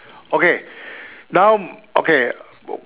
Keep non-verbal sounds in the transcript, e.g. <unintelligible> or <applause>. okay now okay <unintelligible>